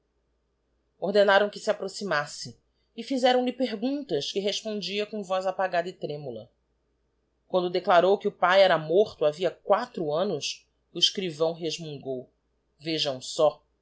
ordenaram que se approximasse e fizeram-lhe perguntas a que respondia com voz apagada e tremula quando declarou que o pae era morto havia quatro annos o escrivão resmungou vejam só